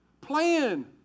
plan